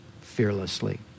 fearlessly